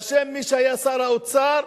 אשם מי שהיה שר האוצר.